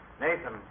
Nathan